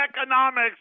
economics